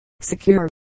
secure